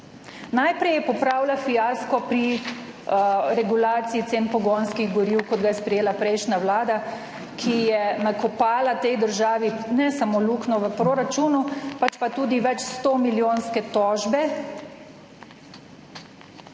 Najprej je popravila fiasko pri regulaciji cen pogonskih goriv, kot ga je sprejela prejšnja vlada, ki je nakopala tej državi ne samo luknjo v proračunu, pač pa tudi večstomilijonske tožbe